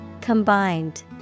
Combined